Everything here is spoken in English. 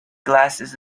glasses